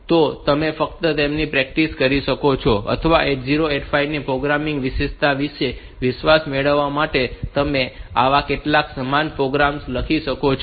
તો તમે ફક્ત તેમની પ્રેક્ટિસ કરી શકો છો અથવા 8085 ની પ્રોગ્રામિંગ વિશેષતાઓ વિશે વિશ્વાસ મેળવવા માટે તમે આવા કેટલાક સમાન પ્રોગ્રામ્સ લખી શકો છો